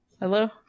Hello